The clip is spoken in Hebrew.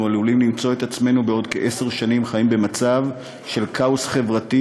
אנחנו עלולים למצוא את עצמנו בעוד כעשר שנים חיים במצב של כאוס חברתי,